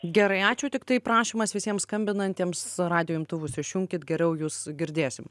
gerai ačiū tiktai prašymas visiem skambinantiems radijo imtuvus išjunkit geriau jus girdėsim